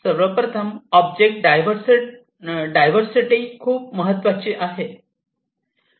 सर्वप्रथम object diversity खूप महत्त्वाचे आहे